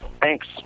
Thanks